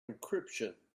encryption